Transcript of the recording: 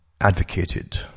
advocated